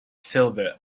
silver